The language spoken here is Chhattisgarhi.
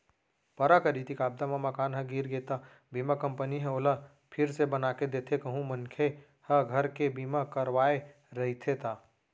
पराकरितिक आपदा म मकान ह गिर गे त बीमा कंपनी ह ओला फिर से बनाके देथे कहूं मनखे ह घर के बीमा करवाय रहिथे ता